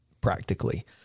practically